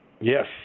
Yes